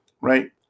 Right